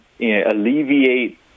alleviate